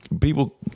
people